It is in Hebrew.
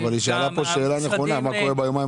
אבל היא שאלה פה שאלה נכונה מה קורה ביומיים